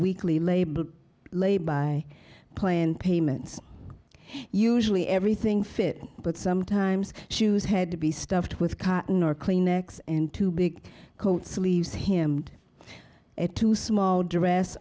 weekly label lay by plan payments usually everything fit but sometimes shoes had to be stuffed with cotton or clean necks and two big coat sleeves him at two small dress